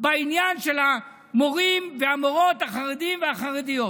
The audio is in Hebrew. בעניין של המורים והמורות החרדים והחרדיות?